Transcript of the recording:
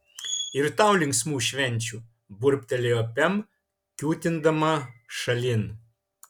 ir tau linksmų švenčių burbtelėjo pem kiūtindama šalin